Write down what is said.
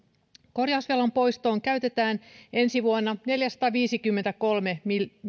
korjausvelan poistoon käytetään ensi vuonna neljäsataaviisikymmentäkolme